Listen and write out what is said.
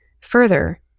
Further